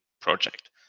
project